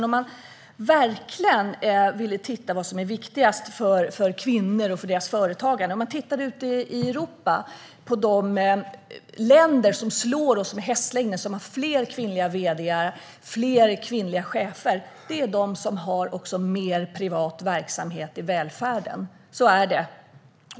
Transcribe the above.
Om man verkligen vill titta på vad som är viktigast för kvinnor och deras företagande kan man se på hur det ser ut i Europa och de länder som slår oss med hästlängder och har fler kvinnliga vd:ar och fler kvinnliga chefer. Det är de länder som har mer privat verksamhet i välfärden. Så är det.